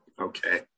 Okay